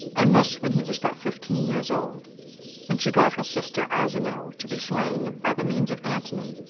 and this when he was but fifteen years old and she got her sister arsinoe to be slain, by the means of antony,